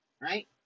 right